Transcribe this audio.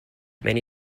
many